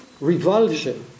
revulsion